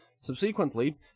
subsequently